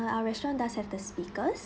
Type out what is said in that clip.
our restaurant does have the speakers